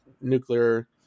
nuclear